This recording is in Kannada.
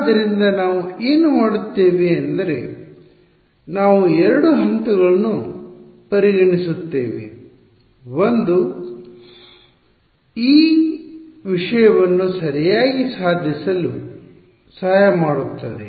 ಆದ್ದರಿಂದ ನಾವು ಏನು ಮಾಡುತ್ತೇವೆ ಎಂದರೆ ನಾವು 2 ಹಂತಗಳನ್ನು ಪರಿಗಣಿಸುತ್ತೇವೆ ಅದು ಈ ವಿಷಯವನ್ನು ಸರಿಯಾಗಿ ಸಾಧಿಸಲು ಸಹಾಯ ಮಾಡುತ್ತದೆ